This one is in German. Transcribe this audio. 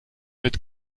mit